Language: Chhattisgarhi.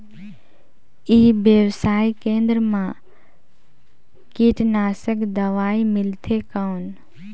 ई व्यवसाय केंद्र मा कीटनाशक दवाई मिलथे कौन?